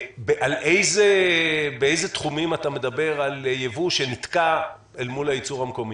באילו תחומים אתה מדבר על ייבוא שנתקע אל מול הייצור המקומי,